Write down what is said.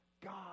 God